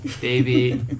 Baby